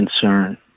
concern